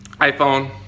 iPhone